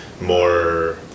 more